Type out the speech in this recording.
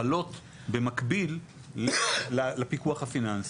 חלות במקביל לפיקוח הפיננסי.